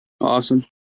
Awesome